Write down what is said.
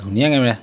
ধুনীয়া কেমেৰা